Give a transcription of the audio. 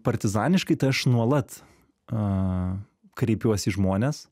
partizaniškai tai aš nuolat aaa kreipiuosi į žmones